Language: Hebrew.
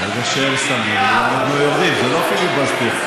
זה לא פיליבסטר,